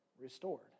restored